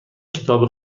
کتاب